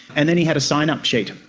and then he had a signup sheet,